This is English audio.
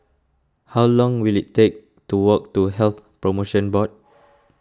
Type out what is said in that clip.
how long will it take to walk to Health Promotion Board